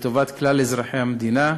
לטובת כלל אזרחי המדינה,